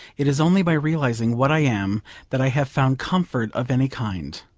it is only by realising what i am that i have found comfort of any kind.